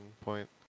point